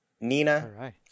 Nina